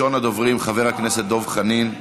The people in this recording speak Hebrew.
מס' 8398,